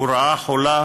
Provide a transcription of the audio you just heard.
הוא רעה חולה,